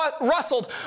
rustled